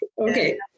Okay